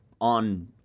on